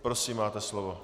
Prosím, máte slovo.